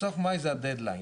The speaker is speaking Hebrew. סוף מאי זה הדד-ליין.